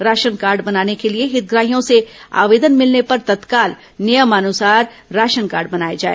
ration card बनाने के लिए हितग्राहियों से आवेदन मिलने पर तत्काल नियमानुसार राशन कार्ड बनाया जाए